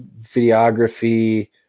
videography